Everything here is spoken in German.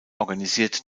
organisiert